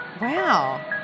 Wow